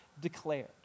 declared